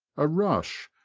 a rush,